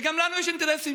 וגם לנו יש אינטרסים.